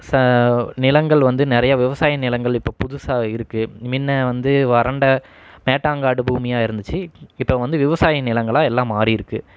ச நிலங்கள் வந்து நிறையா விவசாய நிலங்கள் இப்போ புதுசாக இருக்குது முன்ன வந்து வறண்ட மேட்டாங்காடு பூமியாக இருந்திச்சு இப்போ வந்து விவசாய நிலங்களாக எல்லாம் மாறியிருக்கு